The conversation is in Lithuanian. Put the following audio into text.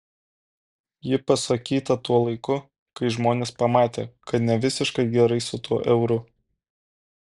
ji pasakyta tuo laiku kai žmonės pamatė kad ne visiškai gerai su tuo euru